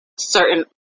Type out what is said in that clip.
certain